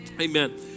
Amen